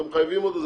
אתם מחייבים אותה,